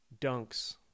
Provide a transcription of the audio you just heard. dunks